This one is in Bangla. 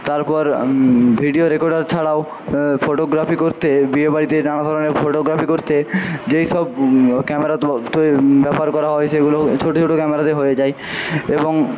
তারপর ভিডিও রেকর্ডার ছাড়াও ফটোগ্রাফি করতে বিয়েবাড়িতে নানা ধরনের ফটোগ্রাফি করতে যেইসব ক্যামেরা ব্যবহার করা হয় সেগুলো ছোটো ছোটো ক্যামেরাতে হয়ে যায় এবং